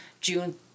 June